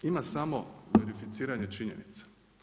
Ima samo verificiranje činjenica.